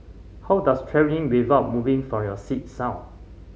how does travelling without moving from your seat sound